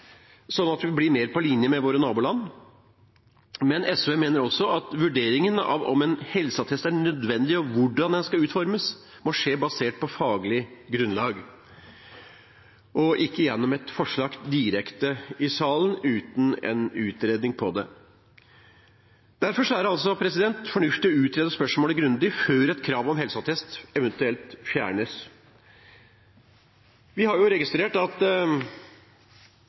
sånn at vi blir mer på linje med våre naboland. Men SV mener også at vurderingen av om en helseattest er nødvendig, og hvordan den skal utformes, må skje basert på faglig grunnlag og ikke gjennom et forslag direkte i salen, uten en utredning av det. Derfor er det fornuftig å utrede spørsmålet grundig før et krav om helseattest eventuelt fjernes. Vi har registrert at